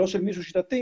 לא של מישהו שיטתי,